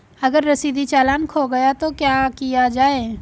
अगर रसीदी चालान खो गया तो क्या किया जाए?